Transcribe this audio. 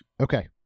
okay